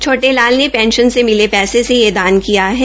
छोटे लाल ने वेंशन से मिले वैसे से यह दान किया है